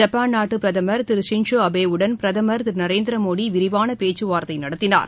Japan நாட்டு பிரதமர் Thiru Shinzo அபேயுடன் பிரதமர் திரு நரேந்திர மோடி விரிவான பேச்சுவார்த்தை நடத்தினார்